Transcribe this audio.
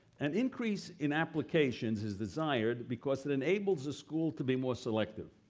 an increase in applications is desired because it enables a school to be more selective,